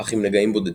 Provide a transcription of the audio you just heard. אך עם נגעים בודדים.